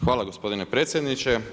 Hvala gospodine predsjedniče.